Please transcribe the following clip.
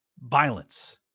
violence